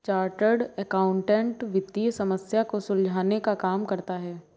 chartered accountant वित्तीय समस्या को सुलझाने का काम करता है